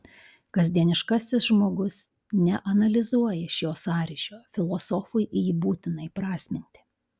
kasdieniškasis žmogus neanalizuoja šio sąryšio filosofui jį būtina įprasminti